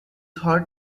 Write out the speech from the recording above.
hard